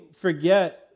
forget